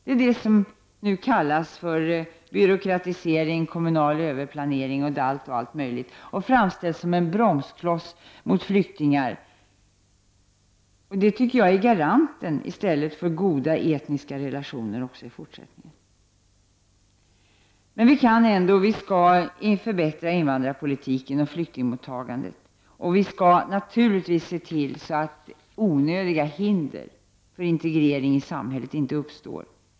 Det är det som nu kallas för byråkratisering, kommunal överplanering, dalt m.m. och framställs som en bromskloss mot flyktingar. Men det tycker jag i stället är garanten för goda etniska relationer också i fortsättningen. Vi kan och skall ändå förbättra invandrarpolitiken och flyktingmottagandet, och vi kan naturligtvis se till att onödiga hinder för dessa människors integrering i samhället inte uppstår.